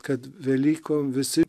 kad velykom visi